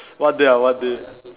one day ah one day